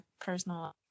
personal